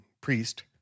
priest